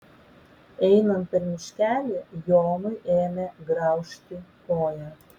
einant per miškelį jonui ėmė graužti koją